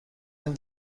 این